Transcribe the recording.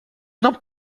não